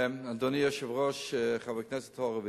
אדוני היושב-ראש, חבר הכנסת הורוביץ,